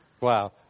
wow